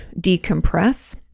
decompress